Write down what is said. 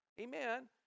Amen